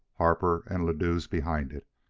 harper and ladue's behind it,